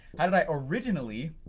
how did i originally